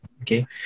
Okay